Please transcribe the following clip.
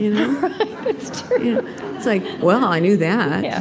you know that's true it's like, well, i knew that yeah